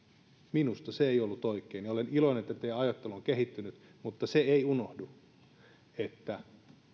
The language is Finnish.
minusta se ei ollut oikein ja olen iloinen että teidän ajattelunne on kehittynyt mutta se ei unohdu että